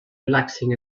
relaxing